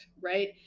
Right